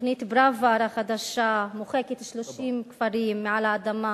תוכנית פראוור החדשה מוחקת 30 כפרים מעל האדמה,